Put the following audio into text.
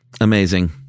amazing